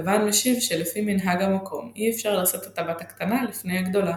לבן משיב שלפי מנהג המקום אי אפשר לשאת את הבת הקטנה לפני הגדולה.